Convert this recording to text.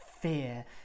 fear